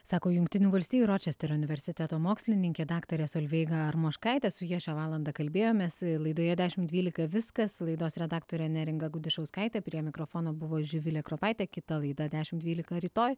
sako jungtinių valstijų ročesterio universiteto mokslininkė daktarė solveiga armoškaitė su ja šią valandą kalbėjomės laidoje dešim dvylika viskas laidos redaktorė neringa gudišauskaitė prie mikrofono buvo živilė kropaitė kita laida dešim dvylika rytoj